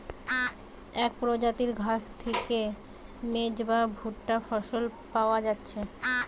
এক প্রজাতির ঘাস থিকে মেজ বা ভুট্টা ফসল পায়া যাচ্ছে